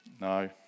No